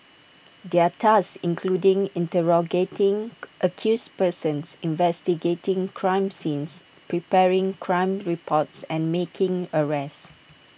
their tasks including interrogating accused persons investigating crime scenes preparing crime reports and making arrests